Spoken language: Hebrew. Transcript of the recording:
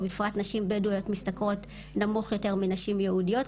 בפרט נשים בדואיות משתכרות נמוך יותר מנשים יהודיות,